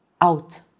out